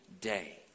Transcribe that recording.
day